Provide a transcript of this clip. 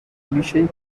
بیشهای